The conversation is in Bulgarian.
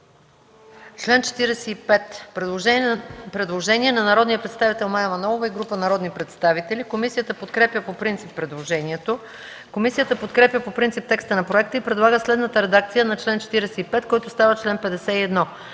чл. 45 има предложение от народния представител Мая Манолова и група народни представители. Комисията подкрепя по принцип предложението. Комисията подкрепя по принцип текста на проекта и предлага следната редакция на чл. 45, който става чл. 51: